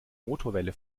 motorwelle